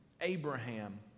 Abraham